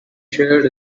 shared